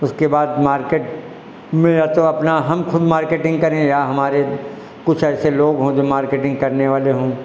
उसके बाद मार्केट में या तो अपना हम खुब मार्केटिंग करें या हमारे कुछ ऐसे लोग हों जो मार्केटिंग करने वाले हो